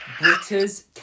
Britta's